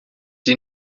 die